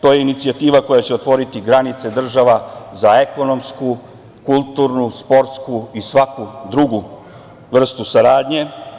To je inicijativa koja će otvoriti granice država za ekonomsku, kulturnu, sportsku i svaku drugu vrstu saradnje.